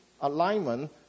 alignment